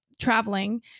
traveling